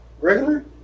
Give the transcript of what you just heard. Regular